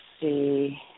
see